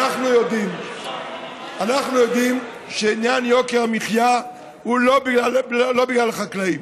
אנחנו יודעים שעניין יוקר המחיה הוא לא בגלל החקלאים,